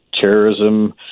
terrorism